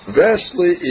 vastly